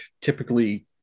typically